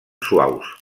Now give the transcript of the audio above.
suaus